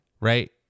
right